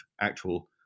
actual